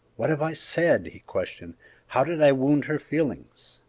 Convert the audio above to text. what have i said? he questioned how did i wound her feelings?